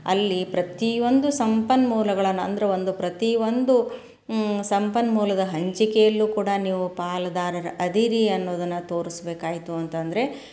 ಅಲ್ಲಿ ಪ್ರತಿ ಒಂದು ಸಂಪನ್ಮೂಲಗಳನ್ನು ಅಂದ್ರೆ ಒಂದು ಪ್ರತಿ ಒಂದು ಸಂಪನ್ಮೂಲದ ಹಂಚಿಕೆಯಲ್ಲೂ ಕೂಡ ನೀವು ಪಾಲುದಾರರು ಅದೀರಿ ಅನ್ನೋದನ್ನು ತೋರಿಸ್ಬೇಕಾಯ್ತು ಅಂತಂದರೆ